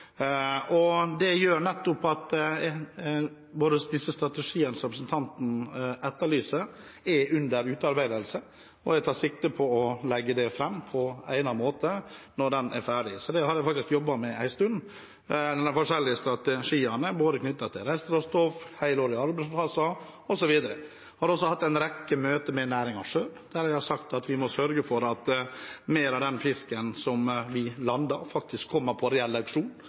Det gjør at de strategiene som representanten etterlyser, er under utarbeidelse, og jeg tar sikte på å legge dem fram på egnet måte når de er ferdig. Jeg har faktisk jobbet en stund med de forskjellige strategiene knyttet til både restråstoff, helårlige arbeidsplasser osv. Jeg har også hatt en rekke møter med næringen selv, der jeg har sagt at vi må sørge for at mer av den fisken vi lander, faktisk kommer på reell